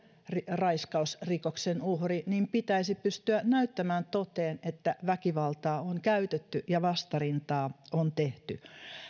raiskausrikoksen uhri niin pitäisi pystyä näyttämään toteen että väkivaltaa on käytetty ja vastarintaa on tehty